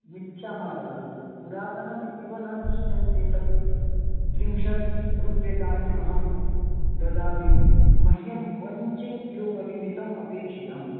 मिथ्यां मा वदतु पुरातनम् इव न दृश्यन्ते तत् त्रिंशत् रूप्यकाणि अहं ददामि मह्यं पञ्चकिलोपरिमितम् अपेक्षितम्